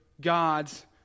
God's